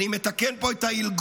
אני מתקן פה את העילגות,